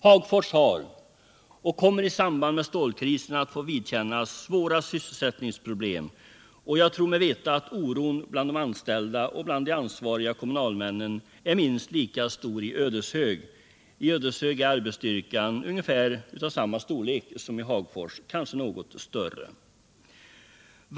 Hagfors har fått vidkännas och kommer i samband med stålkrisen att få vidkännas svåra sysselsättningsproblem, och jag tror mig veta att oron bland de anställda och bland de ansvariga kommunalmännen är minst lika stor i Ödeshög. Där är arbetsstyrkan av ungefär samma storlek som i Hagfors — kanske något större.